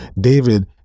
David